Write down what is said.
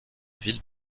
ville